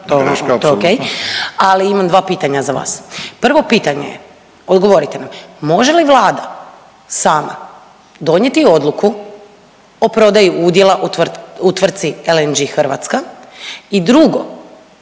apsolutno./ … Ali imam dva pitanja za vas. Prvo pitanje je, odgovorite mi. Može li Vlada sama donijeti odluku o prodaji udjela u tvrtki LNG-e Hrvatska? I drugo,